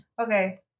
Okay